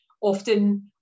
often